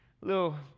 little